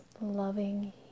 loving